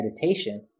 meditation